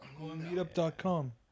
Meetup.com